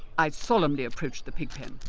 i solemnly approached the pigpen.